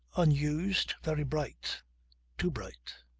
unused, very bright too bright.